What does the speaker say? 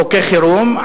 חוקי חירום,